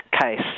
case